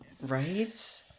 Right